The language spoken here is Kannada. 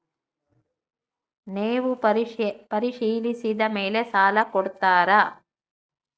ನೇವು ಪರಿಶೇಲಿಸಿದ ಮೇಲೆ ಸಾಲ ಕೊಡ್ತೇರಾ?